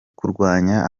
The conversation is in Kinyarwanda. kurwanya